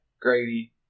Grady